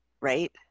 right